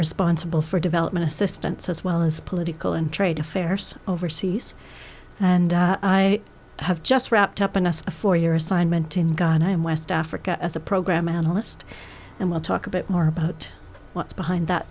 responsible for development assistance as well as political and trade affairs overseas and i have just wrapped up in us a four year assignment in ga and i am west africa as a program analyst and will talk a bit more about what's behind that